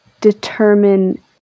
determine